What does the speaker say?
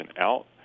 out